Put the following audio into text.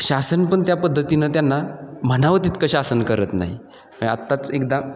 शासन पण त्या पद्धतीनं त्यांना म्हणावं तितकं शासन करत नाही म्हणजे आत्ताच एकदा